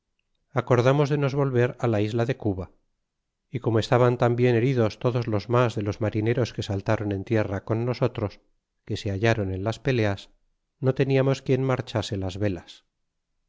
acordamos de nos volver á la isla de cuba y como estaban tambien heridos todos los mas de los marineros que saltáron en tierra con nosotros que se hallron en las peleas no teniamos quien marchase las velas